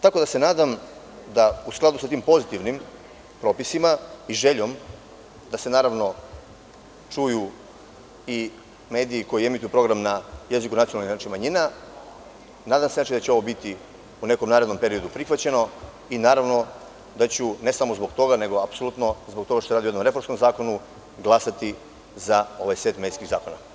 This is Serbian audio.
Tako da se nadam da u skladu sa tim pozitivnim propisima i željom da se, naravno, čuju i mediji koji emituju program na jeziku nacionalnih manjina, nadam se da će ovo biti u nekom narednom periodu prihvaćeno i naravno da ću, ne samo zbog toga, nego apsolutno zbog toga što se radi o jednom reformskom zakonu, glasati za ovaj set medijskih zakona.